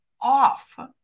off